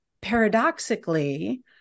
paradoxically